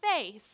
face